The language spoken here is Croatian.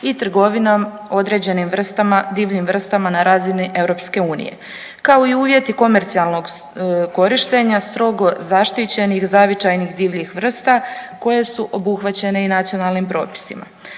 i trgovinom određenim vrstama, divljim vrstama na razini EU kao i uvjeti komercijalnog korištenja strogo zaštićenih zavičajnih divljih vrsta koje su obuhvaćene i nacionalnim propisima.